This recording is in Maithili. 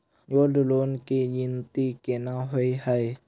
गोल्ड लोन केँ गिनती केना होइ हय?